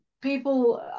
people